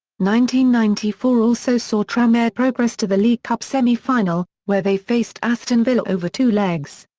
ninety ninety four also saw tranmere progress to the league cup semi-final, where they faced aston villa over two legs.